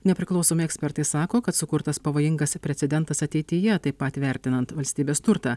nepriklausomi ekspertai sako kad sukurtas pavojingas precedentas ateityje taip pat vertinant valstybės turtą